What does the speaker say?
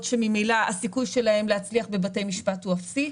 שממילא הסיכוי שלהן להצליח בבתי משפט הוא אפסי.